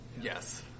Yes